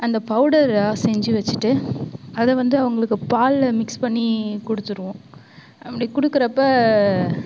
அந்த பவுடராக செஞ்சு வச்சுட்டு அதை வந்து அவங்களுக்கு பாலில் மிக்ஸ் பண்ணி கொடுத்துடுவோம் அப்படி கொடுக்குறப்ப